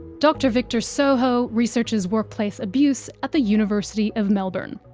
dr victor sojo researches workplace abuse at the university of melbourne.